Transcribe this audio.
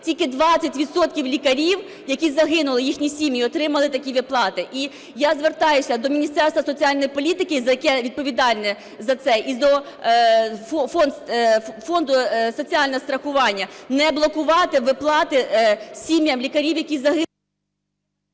відсотків лікарів, які загинули, їхні сім'ї отримали такі виплати. Я звертаюся до Міністерства соціальної політики, яке відповідальне за це, і до Фонду соціального страхування, не блокувати виплати сім'ям лікарів, які загинули...